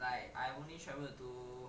like I have only travelled to